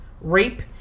rape